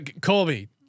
Colby